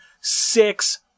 six